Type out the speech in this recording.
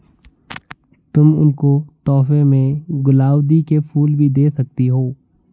तुम उनको तोहफे में गुलाउदी के फूल भी दे सकती हो